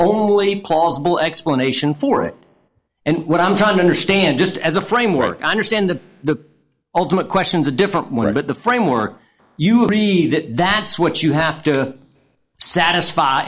only possible explanation for it and what i'm trying to understand just as a framework understand the ultimate questions a different way but the framework you agree that that's what you have to satisfy